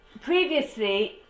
Previously